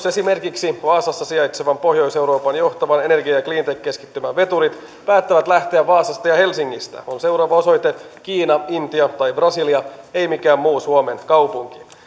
esimerkiksi vaasassa sijaitsevan pohjois euroopan johtavan energia ja cleantech keskittymän veturit päättävät lähteä vaasasta ja helsingistä on seuraava osoite kiina intia tai brasilia ei mikään muu suomen kaupunki